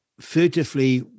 furtively